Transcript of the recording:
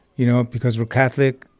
you know, because we're catholic,